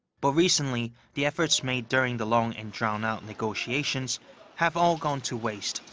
but recently, the efforts made during the long and drawn-out negotiations have all gone to waste,